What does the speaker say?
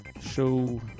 Show